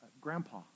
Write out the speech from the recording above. Grandpa